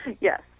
Yes